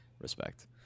Respect